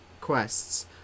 quests